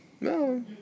No